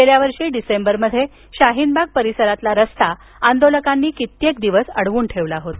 गेल्या वर्षी डिसेंबरमध्ये शाहीनबाग परिसरातला रस्ता आंदोलकांनी कित्येक दिवस अडवून ठेवला होता